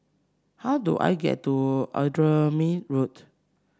how do I get to Admiralty Road